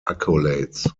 accolades